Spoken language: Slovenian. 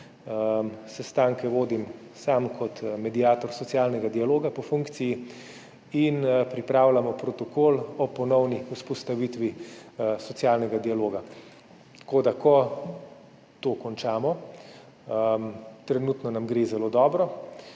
Sestanke vodim sam kot mediator socialnega dialoga po funkciji in pripravljamo protokol o ponovni vzpostavitvi socialnega dialoga. Ko to končamo, trenutno nam gre zelo dobro,